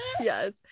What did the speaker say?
yes